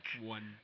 One